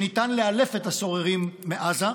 שניתן לאלף את הסוררים מעזה,